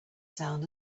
sound